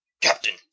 Captain